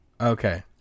Okay